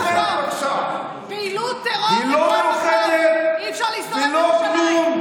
התיאוריה אומרת שזו מאוחדת, מאוחדת.